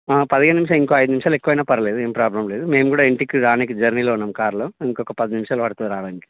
పదిహేను నుంచి ఇంకో ఐదు నిమిషాలు ఎక్కువైనా పర్లేదు ఏం ప్రాబ్లమ్ లేదు మేం కూడా ఇంటికి రానీకి జర్నీలో ఉన్నాము కార్లో ఇంకొక పది నిమిషాలు పడుతుంది రావడానికి